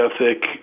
ethic